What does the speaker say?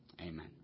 Amen